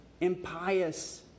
impious